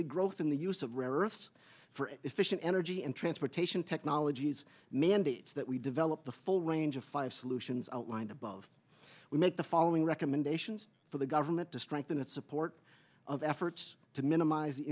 d growth in the use of rare earths for an efficient energy and transportation technologies mandates that we develop the full range of five solutions outlined above we make the following recommendations for the government to strengthen its support of efforts to minimize the